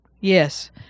Yes